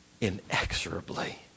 inexorably